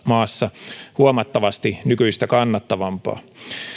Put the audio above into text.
maassa huomattavasti nykyistä kannattavampaa